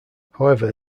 however